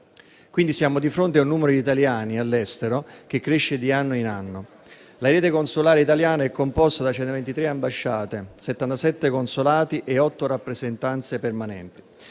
quindi di fronte a un numero di italiani all'estero che cresce di anno in anno. La rete consolare italiana è composta da 123 ambasciate, 77 consolati e 8 rappresentanze permanenti